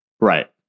right